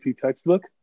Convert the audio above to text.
textbook